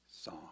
song